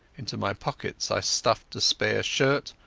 into my pockets i stuffed a spare shirt,